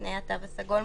תנאי התו הסגול,